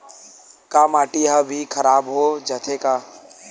का माटी ह भी खराब हो जाथे का?